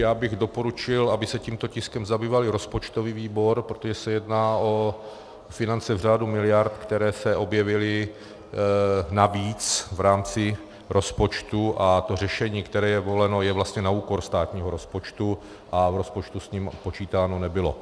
Já bych doporučil, aby se tímto tiskem zabýval i rozpočtový výbor, protože se jedná o finance v řádu miliard, které se objevily navíc v rámci rozpočtu, a to řešení, které je voleno, je vlastně na úkor státního rozpočtu a v rozpočtu s ním počítáno nebylo.